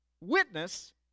witness